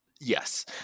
yes